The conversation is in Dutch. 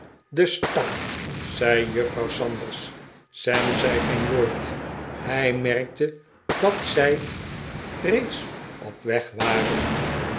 de stakkerd zei juffrouw sanders sam zei geen woord hij merkte dat zij reeds op weg waren